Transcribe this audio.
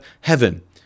Heaven